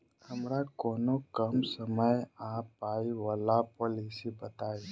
हमरा कोनो कम समय आ पाई वला पोलिसी बताई?